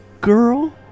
girl